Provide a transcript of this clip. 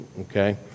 okay